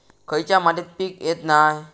खयच्या मातीत पीक येत नाय?